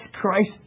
Christ